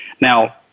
Now